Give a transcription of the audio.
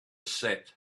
set